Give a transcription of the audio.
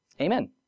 amen